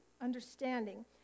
understanding